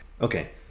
Okay